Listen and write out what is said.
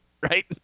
right